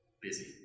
Busy